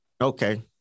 Okay